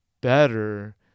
better